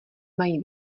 mají